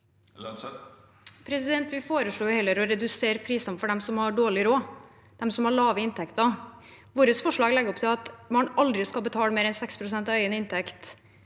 foreslår hel- ler å redusere prisene for dem som har dårlig råd, for dem som har lave inntekter. Vårt forslag legger opp til at man aldri skal betale mer enn 6 pst. av egen inntekt